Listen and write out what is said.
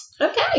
Okay